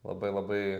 labai labai